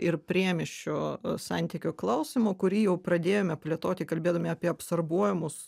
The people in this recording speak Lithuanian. ir priemiesčio santykio klausimo kurį jau pradėjome plėtoti kalbėdami apie absorbuojamus